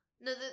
no